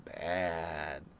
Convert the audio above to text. bad